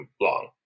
long